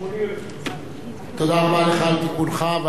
תודה רבה לך על תיקונך ועל הערתך.